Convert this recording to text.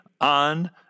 on